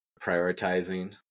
prioritizing